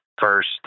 first